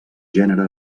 gènere